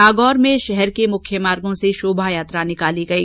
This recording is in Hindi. नागौर में शहर के प्रमुख मार्गों र्स शोभा यात्रा निकाली गई